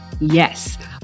Yes